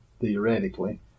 theoretically